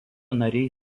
nariai